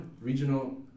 Regional